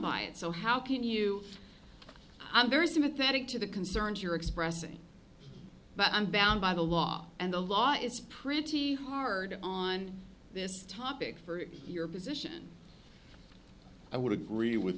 by it so how can you i'm very sympathetic to the concerns you're expressing but i'm bound by the law and the law is pretty hard on this topic for your position i would agree with